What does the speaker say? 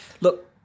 Look